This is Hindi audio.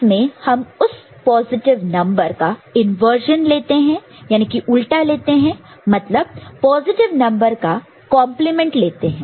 इसमें हब उस पॉजिटिव नंबर का इंवर्जन लेते हैं यानी कि उल्टा लेते हैं मतलब पॉजिटिव नंबर का कंपलीमेंट लेते हैं